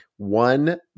One